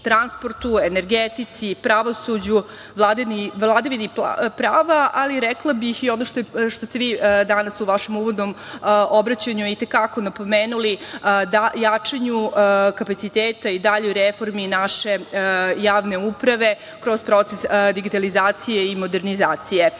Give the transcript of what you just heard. transportu, energetici, pravosuđu, vladavini prava, ali rekla bih i ono što ste vi danas u vašem uvodnom obraćanju i te kako napomenuli, jačanju kapaciteta i daljoj reformi naše javne uprave kroz proces digitalizacije i modernizacije. Republika